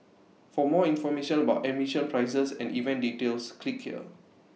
for more information about admission prices and event details click here